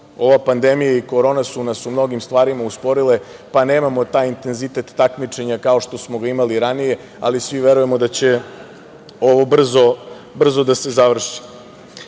ova pandemija i korona su nas u mnogim stvarima usporile, pa nemamo taj intenzitet takmičenja kao što smo imali ranije, ali svi verujemo da će ovo brzo da se završi. Gospodo